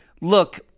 look